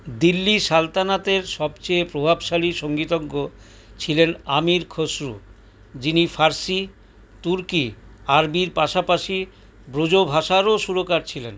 দিল্লি সালতানাতের সবচেয়ে প্রভাবশালী সঙ্গীতজ্ঞ ছিলেন আমির খসরু যিনি ফার্সি তুর্কি আরবির পাশাপাশি ব্রজভাষারও সুরকার ছিলেন